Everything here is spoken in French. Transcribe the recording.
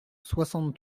soixante